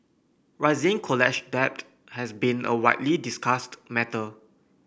rising college debt has been a widely discussed matter